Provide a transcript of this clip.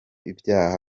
ibyaha